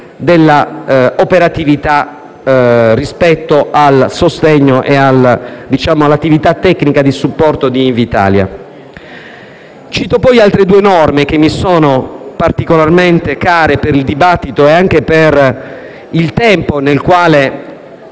dell'operatività rispetto al sostegno e all'attività tecnica di supporto di Invitalia. Cito poi altre due norme che mi sono particolarmente care per il dibattito e anche considerando che